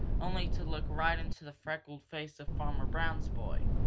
only to look right into the freckled face of farmer brown's boy.